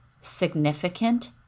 significant